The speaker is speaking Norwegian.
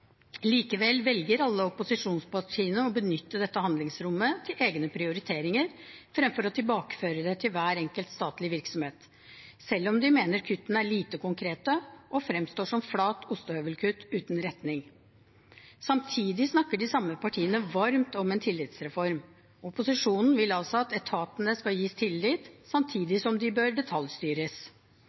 Likevel velger alle opposisjonspartiene å benytte dette handlingsrommet til egne prioriteringer fremfor å tilbakeføre det til hver enkelt statlig virksomhet, selv om de mener kuttene er lite konkrete og fremstår som flate ostehøvelkutt uten retning. Samtidig snakker de samme partiene varmt om en tillitsreform. Opposisjonen vil altså at etatene skal gis tillit, samtidig som de bør detaljstyres.